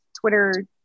Twitter